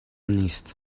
نیست